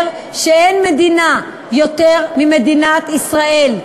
שאין מדינה יותר מוסרית ממדינת ישראל,